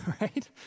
right